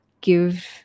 give